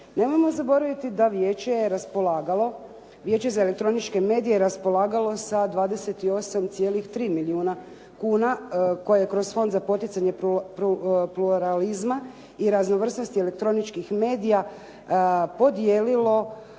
je raspolagalo, Vijeće za elektroničke medije je raspolagalo sa 28,3 milijuna kuna koje je kroz Fond poticanja pluralizma i raznovrsnosti elektroničkim medija podijelilo